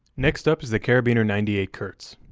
next up is the karabiner ninety eight kurz,